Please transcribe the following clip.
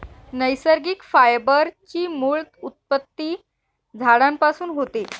नैसर्गिक फायबर ची मूळ उत्पत्ती झाडांपासून होते